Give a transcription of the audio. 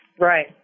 Right